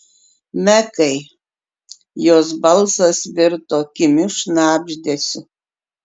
mekai jos balsas virto kimiu šnabždesiu